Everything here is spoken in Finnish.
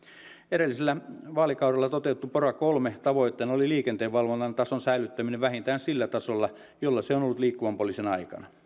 edellisellä vaalikaudella toteutetun pora kolmen tavoitteena oli liikenteenvalvonnan tason säilyttäminen vähintään sillä tasolla jolla se on ollut liikkuvan poliisin aikana